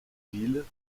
villes